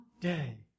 day